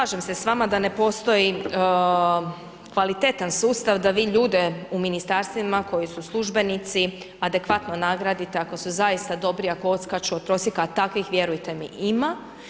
Slažem se s vama da ne postoji kvalitetan sustav da vi ljude u ministarstvima koji su službenici adekvatno nagradite ako su zaista dobri, ako odskaču od prosjeka a takvih vjerojatno ima.